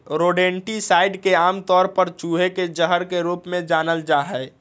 rodenticides के आमतौर पर चूहे के जहर के रूप में जानल जा हई